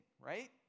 right